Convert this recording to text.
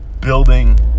building